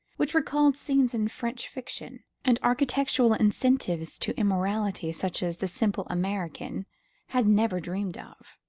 which recalled scenes in french fiction, and architectural incentives to immorality such as the simple american had never dreamed of.